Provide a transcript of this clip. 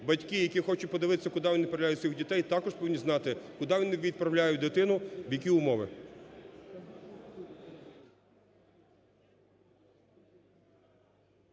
батьки, які хочуть подивитися, куди вони відправляють своїх дітей, також повинні знати, куди вони відправляють дитину, в які умови.